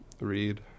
Read